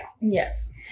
Yes